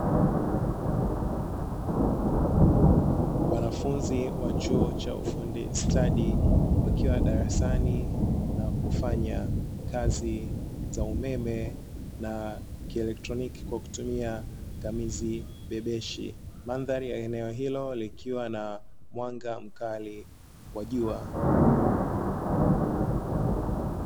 Wanafunzi wa chuo cha ufundi stadi wakiwa darasani na kufanya kazi za umeme na kieletroniki kwa kutumia ngamizi bebeshi. Mandhari ya eneo hilo likiwa na mwanga mkali wa jua.